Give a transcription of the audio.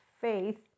faith